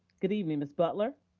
good evening, ms. butler.